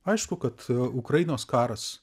aišku kad ukrainos karas